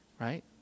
right